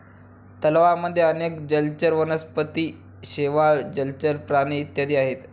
तलावांमध्ये अनेक जलचर वनस्पती, शेवाळ, जलचर प्राणी इत्यादी आहेत